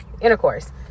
intercourse